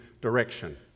direction